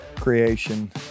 creation